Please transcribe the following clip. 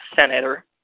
senator